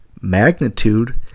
Magnitude